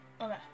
Okay